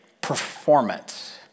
performance